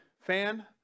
fan